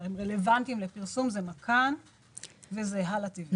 והם רלוונטיים לפרסום: מכאן והלא טי.וי.